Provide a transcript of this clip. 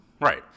Right